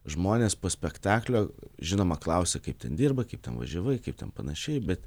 žmonės po spektaklio žinoma klausia kaip ten dirbai kaip ten važiavai kaip ten panašiai bet